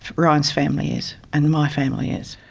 ryan's family is, and my family is.